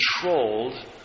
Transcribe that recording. controlled